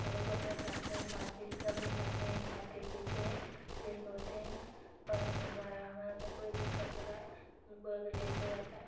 हमलोग अपने साथ में खा पीकर सबलोग साथ में ही खाते पीते हैं फिर सोते हैं और हम हमारा हमारा हमें कोई दिक्कत होती है उनको अगर लेट हो जाता है